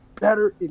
better